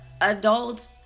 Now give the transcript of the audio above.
adults